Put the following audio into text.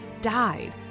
died